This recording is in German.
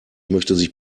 bitte